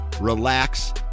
relax